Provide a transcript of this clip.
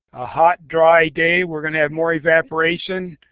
a hot, dry day we're going to have more evaporation.